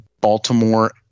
Baltimore